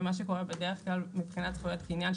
ומה שקורה בדרך כלל מבחינת זכויות קניין,